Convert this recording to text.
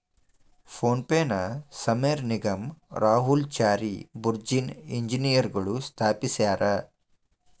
phone ಪೆನ ಸಮೇರ್ ನಿಗಮ್ ರಾಹುಲ್ ಚಾರಿ ಬುರ್ಜಿನ್ ಇಂಜಿನಿಯರ್ಗಳು ಸ್ಥಾಪಿಸ್ಯರಾ